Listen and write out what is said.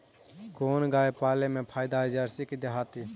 कोन गाय पाले मे फायदा है जरसी कि देहाती?